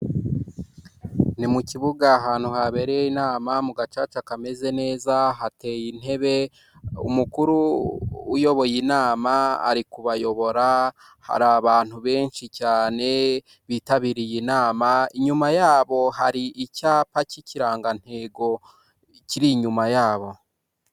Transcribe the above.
Ni mu kibuga ahantu habereye inama mu gacaca kameze neza hateye intebe umukuru uyoboye inama ari kubayobora hari abantu benshi cyane bitabiriye iyi nama inyuma yabo hari icyapa cy'ikirangantego kiri inyuma yabo.